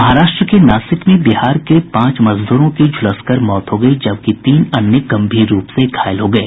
महाराष्ट्र के नासिक में बिहार के पांच मजदूरों की झुलसकर मौत हो गई जबकि तीन अन्य गंभीर रूप से घायल हो गये